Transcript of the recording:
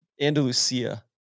Andalusia